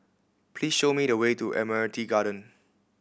please show me the way to Admiralty Garden